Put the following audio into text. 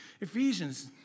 Ephesians